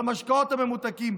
במשקאות הממותקים,